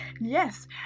yes